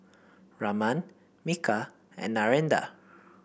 Raman Milkha and Narendra